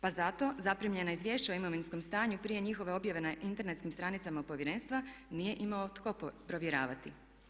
Pa zato zaprimljena izvješća u imovinskom stanju prije njihove objave na internetskim stranicama Povjerenstva nije imao tko provjeravati.